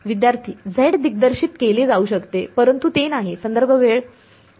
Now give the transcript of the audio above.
विद्यार्थीः z दिग्दर्शित केले जाऊ शकते परंतु ते नाही होता